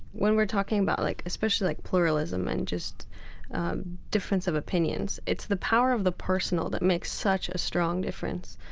when we're talking about like especially like pluralism and just difference of opinions, it's the power of the personal that makes such a strong difference.